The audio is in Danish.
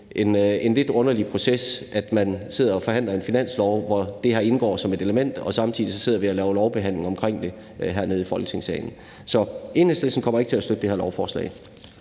en lidt underlig proces, at man sidder og forhandler om en finanslov, hvori det her indgår som et element, og at vi så samtidig sidder og laver lovbehandling omkring det hernede i Folketingssalen. Så Enhedslisten kommer ikke til at støtte det her lovforslag.